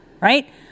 right